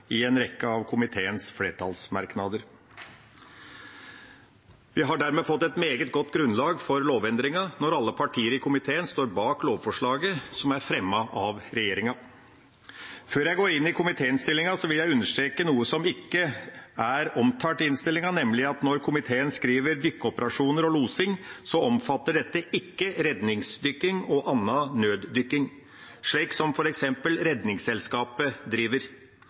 i en rekke av komiteens flertallsmerknader. Vi har dermed fått et meget godt grunnlag for lovendringen, når alle partiene i komiteen står bak lovforslaget som er fremmet av regjeringa. Før jeg kommer inn på komitéinnstillinga, vil jeg understreke noe som ikke er omtalt i innstillinga, nemlig at når komiteen skriver om dykkeoperasjoner og losing, omfatter dette ikke redningsdykking og annen nøddykking, som f.eks. Redningsselskapet